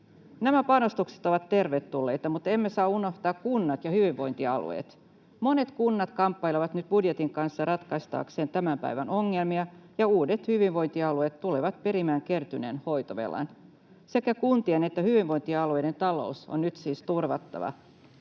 Nämä panostukset ovat tervetulleita, mutta emme saa unohtaa kuntia ja hyvinvointialueita. Monet kunnat kamppailevat nyt budjetin kanssa ratkaistakseen tämän päivän ongelmia, ja uudet hyvinvointialueet tulevat perimään kertyneen hoitovelan. Sekä kuntien että hyvinvointialueiden talous on nyt siis turvattava,